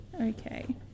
Okay